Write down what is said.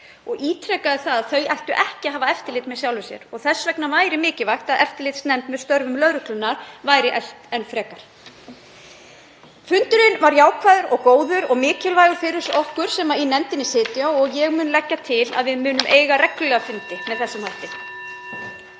og ítrekaði að þau ættu ekki að hafa eftirlit með sjálfum sér og þess vegna væri mikilvægt að eftirlitsnefnd með störfum lögreglunnar væri efld enn frekar. Fundurinn var jákvæður og góður (Forseti hringir.) og mikilvægur fyrir okkur sem í nefndinni sitjum og ég mun leggja til að við munum eiga reglulega fundi með þessum hætti.